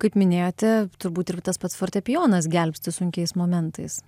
kaip minėjote turbūt ir tas pats fortepijonas gelbsti sunkiais momentais